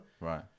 Right